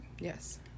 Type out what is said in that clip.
Yes